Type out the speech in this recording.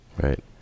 right